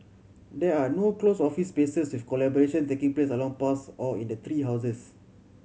there are no closed office spaces with collaboration taking place along paths or in tree houses